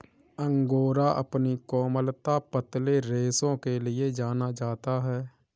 angora अपनी कोमलता, पतले रेशों के लिए जाना जाता है